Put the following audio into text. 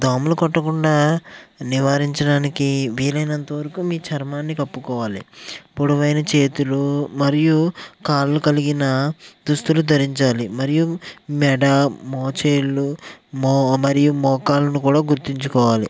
దోమలు కుట్టకుండా నివారించడానికి వీలైనంత వరకు మీ చర్మాన్ని కప్పుకోవాలి పొడవైన చేతులు మరియు కాళ్ళు కలిగిన దుస్తులు ధరించాలి మరియు మెడ మోచేతులు మో మరియు మోకాలును కూడా గుర్తుంచుకోవాలి